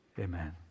Amen